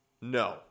No